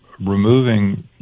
removing